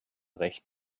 recht